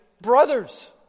brothers